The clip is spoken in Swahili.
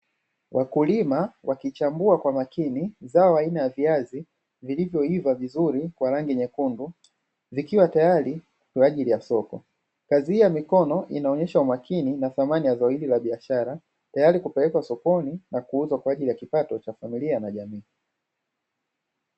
Wakulima wakichagua kwa makini zao aina ya viazi vilivyoiva vizuri kwa rangi nyekundu vikiwa tayari kwa ajili ya soko. Kazi hii ya mikono inaonyesha umakini na thamani ya zao la biashara kwa utayari wa kupelekwa sokoni na kuuzwa kwa ajili ya kipato cha familia na jamii.